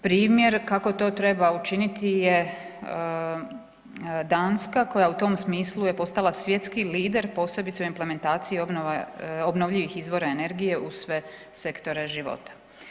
Primjer kako to treba učiniti je Danska koja u tom smislu je postala svjetski lider posebice u implementaciji obnovljivih izvora energije u sve sektore života.